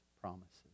promises